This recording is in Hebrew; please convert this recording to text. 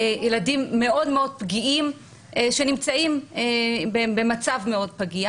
ילדים מאוד-מאוד פגיעים שנמצאים במצב מאוד פגיע